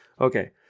Okay